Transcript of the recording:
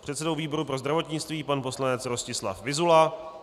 předsedou výboru pro zdravotnictví pan poslanec Rostislav Vyzula,